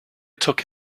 took